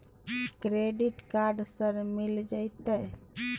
Credit card sir मिल जेतै?